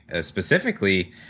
specifically